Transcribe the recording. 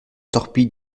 torpille